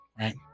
right